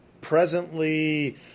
presently